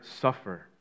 suffer